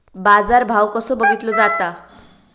बाजार भाव कसो बघीतलो जाता?